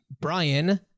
Brian